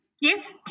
Yes